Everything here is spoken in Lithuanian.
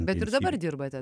bet ir dabar dirbate